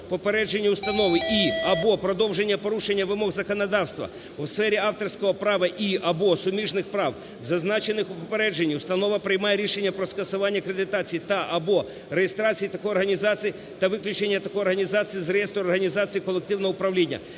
попередженні установи і (або) продовження порушення вимог законодавства у сфері авторського права і (або) суміжних прав, зазначених у попередженні, установа приймає рішення про скасування акредитації та/або реєстрації такої організації та виключення такої організації з реєстру організацій колективного управління.